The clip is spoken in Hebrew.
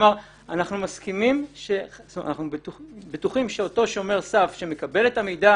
כלומר אנחנו בטוחים שאותו שומר סף שמקבל את המידע